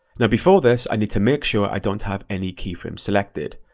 now before this, i need to make sure i don't have any keyframes selected.